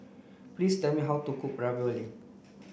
please tell me how to cook Ravioli